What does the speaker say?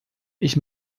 ich